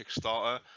Kickstarter